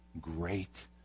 great